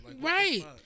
Right